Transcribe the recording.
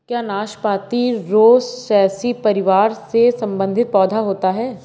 क्या नाशपाती रोसैसी परिवार से संबंधित पौधा होता है?